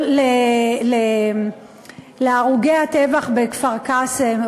להרוגי הטבח בכפר-קאסם,